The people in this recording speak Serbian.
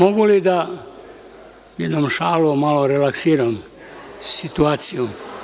Mogu li da jednom šalom malo relaksiram situaciju?